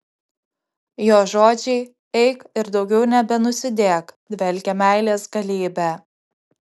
jo žodžiai eik ir daugiau nebenusidėk dvelkia meilės galybe